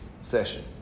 session